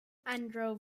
andrew